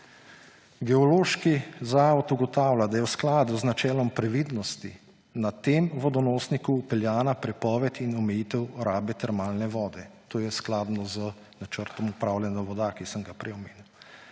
Geološki zavod ugotavlja, da je v skladu z načelom previdnosti na tem vodonosniku vpeljana prepoved in omejitev rabe termalne vode. To je skladno z načrtom upravljanja voda, ki sem ga prej omenil.